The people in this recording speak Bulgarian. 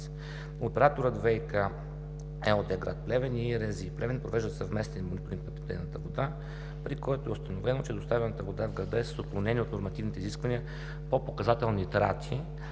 Операторът ВиК ЕООД – град Плевен, и РЗИ – Плевен, провеждат съвместен мониторинг на питейната вода, при който е установено, че доставяната вода в града е с отклонение от нормативните изисквания по показател нитрати